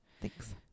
Thanks